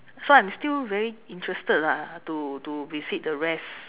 so I'm still very interested lah to to visit the rest